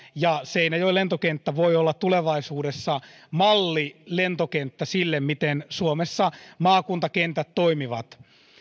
ja seinäjoen lentokenttä voi olla tulevaisuudessa mallilentokenttä sille miten suomessa maakuntakentät toimivat